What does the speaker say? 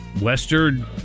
Western